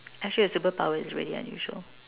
actually a superpower is already unusual